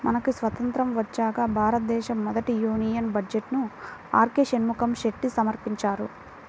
మనకి స్వతంత్రం వచ్చాక భారతదేశ మొదటి యూనియన్ బడ్జెట్ను ఆర్కె షణ్ముఖం చెట్టి సమర్పించారు